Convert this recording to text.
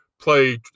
play